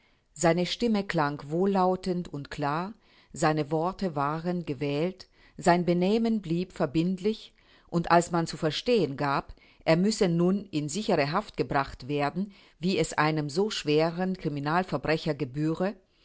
seine stimme klang wohllautend und klar seine worte waren gewählt sein benehmen blieb verbindlich und als man zu verstehen gab er müsse nun in sichere haft gebracht werden wie es einem so schweren criminalverbrecher gebühre